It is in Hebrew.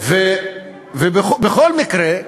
ובכל מקרה,